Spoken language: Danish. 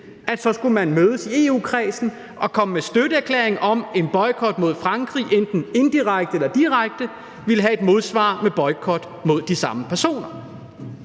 man så skulle mødes i EU-kredsen og komme med en støtteerklæring om, at en boykot mod Frankrig enten indirekte eller direkte ville betyde et modsvar med boykot mod de samme personer.